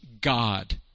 God